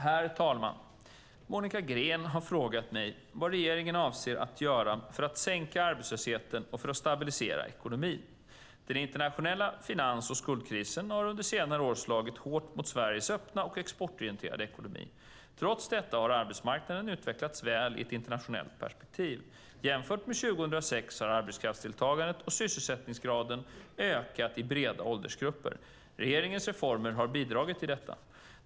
Herr talman! Monica Green har frågat mig vad regeringen avser att göra för att sänka arbetslösheten och för att stabilisera ekonomin. Den internationella finans och skuldkrisen har under senare år slagit hårt mot Sveriges öppna och exportorienterade ekonomi. Trots detta har arbetsmarknaden utvecklats väl i ett internationellt perspektiv. Jämfört med 2006 har arbetskraftsdeltagandet och sysselsättningsgraden ökat i breda åldersgrupper. Regeringens reformer har bidragit till detta.